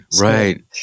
right